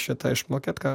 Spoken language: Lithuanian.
šitą išmokėt ką